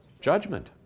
judgment